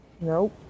Nope